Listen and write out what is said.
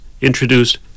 introduced